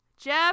Jeff